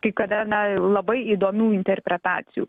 kai kada na labai įdomių interpretacijų